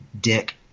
Dick